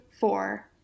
four